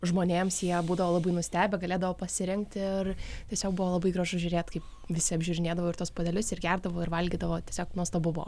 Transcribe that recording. žmonėms jie būdavo labai nustebę galėdavo pasirinkti ar tiesiog buvo labai gražu žiūrėti kaip visi apžiūrinėdavo ir tuos puodelius ir gerdavo ir valgydavo tiesiog nuostabu buvo